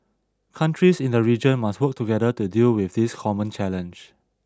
countries in the region must work together to deal with this common challenge